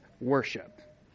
worship